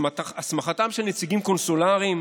הסמכתם של נציגים קונסולריים